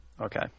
Okay